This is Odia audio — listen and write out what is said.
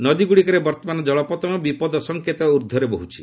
ନଦୀଗୁଡ଼ିକରେ ବର୍ତ୍ତମାନ କଳପତନ ବିପଦ ସଙ୍କେତ ଊର୍ଦ୍ଧ୍ୱରେ ବୋହୁଛି